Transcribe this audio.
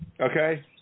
Okay